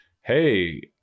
Hey